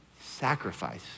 Sacrifice